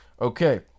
Okay